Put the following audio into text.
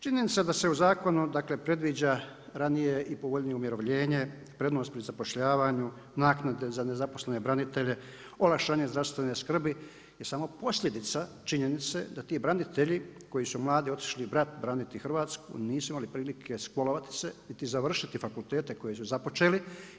Činjenica da se u zakonu, dakle predviđa ranije i povoljnije umirovljenje, prednost pri zapošljavanju, naknade za nezaposlene branitelje, olakšanje zdravstvene skrbi i samo posljedica činjenice da ti branitelji koji su mladi otišli braniti Hrvatsku nisu imali prilike školovati se i završiti fakultete koje su započeli.